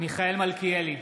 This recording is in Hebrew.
מיכאל מלכיאלי,